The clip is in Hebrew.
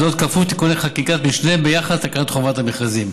וזאת בכפוף לתיקוני חקיקת משנה ביחס לתקנות חובת המכרזים.